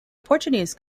portuguese